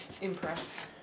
impressed